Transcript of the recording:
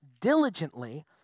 diligently